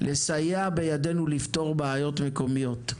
לסייע בידינו לפתור בעיות מקומיות.